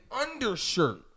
undershirt